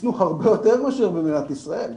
חיסנו הרבה יותר מאשר במדינת ישראל.